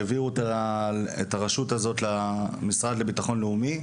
המניעה לסמים, והעבירו אותה למשרד לביטחון לאומי.